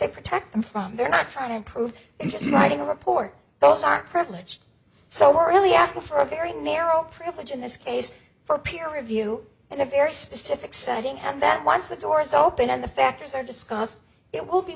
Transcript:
they protect them from they're not trying to improve just writing a report those are privileged so we're really asking for a very narrow privilege in this case for peer review and a very specific setting and then once the door is open and the factors are discussed it will be